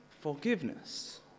forgiveness